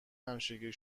همیشگی